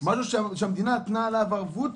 הם לא קיבלו את מה שהמדינה קיבלה עליו ערבות.